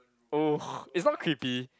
oh it's not creepy